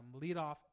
leadoff